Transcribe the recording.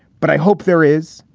but i hope there is.